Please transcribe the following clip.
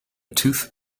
tooth